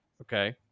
okay